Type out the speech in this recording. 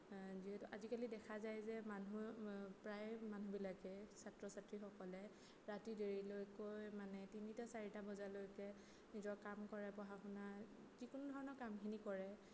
যিহেতু আজিকালি দেখা যায় যে মানুহ প্ৰায় মানুহবিলাকে ছাত্ৰ ছাত্ৰীসকলে ৰাতি দেৰিলৈকৈ মানে তিনিটা চাৰিটা বজালৈকে নিজৰ কাম কৰে পঢ়া শুনা যিকোনো ধৰণৰ কামখিনি কৰে